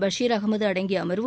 பஷீர் அகமது அடங்கிய அமர்வு